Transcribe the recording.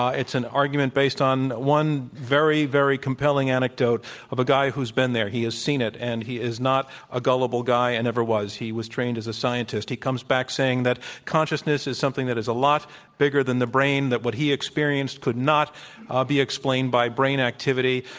it's an argument based on one very, very compelling anecdote of a guy who's been there. he has seen it, and he is not a gullible guy and never was. he was trained as a scientist. he comes back saying that consciousness is something that is a lot bigger than the brain, that what he experienced could not ah be explained by brain activity,